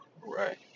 right